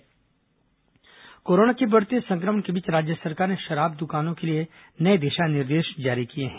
शराब दुकान निर्देश कोरोना के बढ़ते संक्रमण के बीच राज्य सरकार ने शराब दुकानों के लिए नये दिशा निर्देश जारी किए हैं